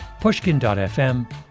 pushkin.fm